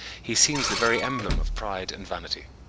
he seems the very emblem of pride and vanity.